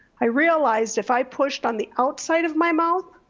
i realized if i pushed on the outside of my mouth,